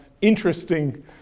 interesting